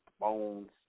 bones